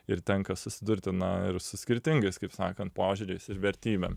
ir tenka susidurti na ir su skirtingais kaip sakant požiūriais ir vertybėm